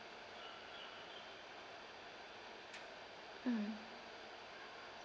mm